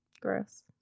gross